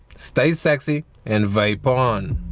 stay sexy and vape on